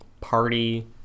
Party